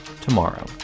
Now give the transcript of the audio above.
tomorrow